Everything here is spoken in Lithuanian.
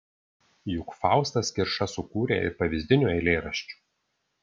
juk faustas kirša sukūrė ir pavyzdinių eilėraščių